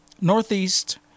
Northeast